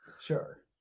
Sure